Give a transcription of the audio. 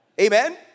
Amen